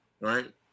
right